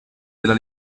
della